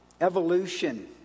Evolution